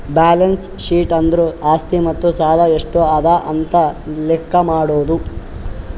balance sheet ಅಂದುರ್ ಆಸ್ತಿ ಮತ್ತ ಸಾಲ ಎಷ್ಟ ಅದಾ ಅಂತ್ ಲೆಕ್ಕಾ ಮಾಡದು